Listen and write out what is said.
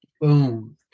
Boom